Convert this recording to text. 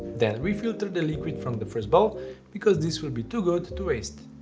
then refilter the liquid from the first bowl because this will be too good to waste.